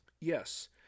Yes